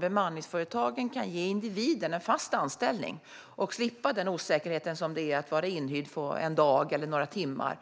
Bemanningsföretagen kan ge individen en fast anställning och en möjlighet att slippa den osäkerhet som det innebär att vara inhyrd för en dag eller några timmar